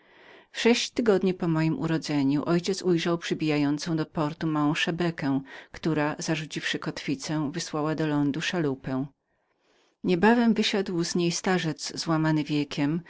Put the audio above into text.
sześć tygodni po mojem urodzeniu mój ojciec ujrzał przybijający do portu mały statek który zarzuciwszy kotwicę wysłał do lądu szalupę niebawem wysiadł z niej starzec złamany wiekiem